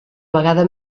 vegada